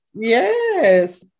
Yes